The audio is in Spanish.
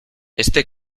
este